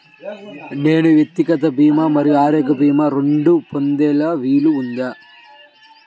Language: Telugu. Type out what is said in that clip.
నేను వ్యక్తిగత భీమా మరియు ఆరోగ్య భీమా రెండు పొందే వీలుందా?